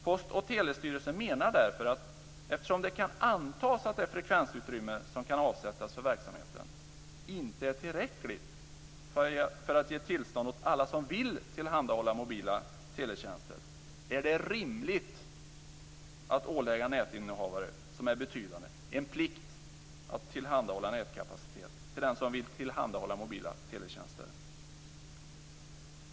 Post och telestyrelsen menar att det, eftersom det kan antas att det frekvensutrymme som kan avsättas för verksamheten inte är tillräckligt för att ge tillstånd åt alla som vill tillhandahålla mobila teletjänster, är rimligt att ålägga nätinnehavare, som är betydande, en plikt att tillhandahålla nätkapacitet till den som vill tillhandahålla mobila teletjänster.